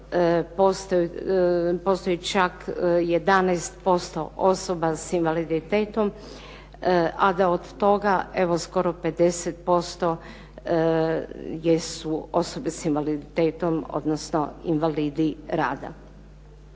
postoji čak 11% osoba sa invaliditetom, a da od toga evo skoro 50% jesu osobe s invaliditetom, odnosno invalidi rada.